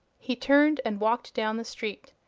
he turned and walked down the street,